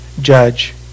judge